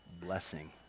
blessing